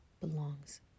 belongs